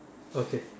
okay